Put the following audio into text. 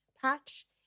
patch